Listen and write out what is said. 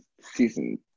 season